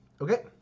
okay